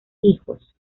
hijos